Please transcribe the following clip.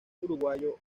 uruguayo